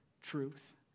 truth